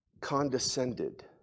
condescended